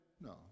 No